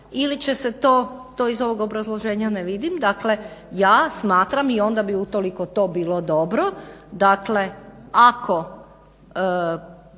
ili će se to, to iz ovog obrazloženja ne vidim. Dakle, ja smatram i onda bi utoliko to onda bilo dobro ako